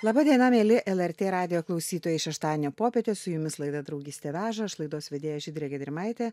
laba diena mieli lrt radijo klausytojai šeštadienio popietė su jumis laida draugystė veža aš laidos vedėja žydrė gedrimaitė